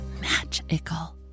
magical